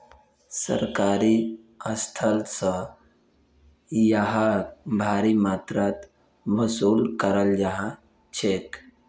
सरकारी स्थल स यहाक भारी मात्रात वसूल कराल जा छेक